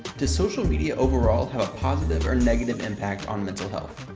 does social media overall have a positive or negative impact on mental health?